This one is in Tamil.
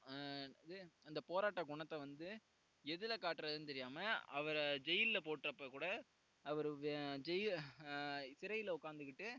வந்து அந்த போராட்ட குணத்தை வந்து எதில் காட்டுறதுன்னு தெரியாமல் அவரை ஜெயிலில் போட்டப்பக்கூட அவர் சிறையில உட்காந்துகிட்டு